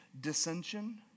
dissension